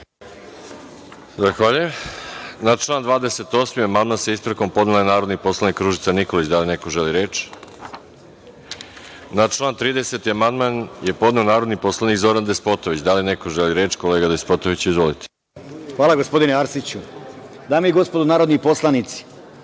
Hvala, gospodine Arsiću. Dame i gospodo narodni poslanici,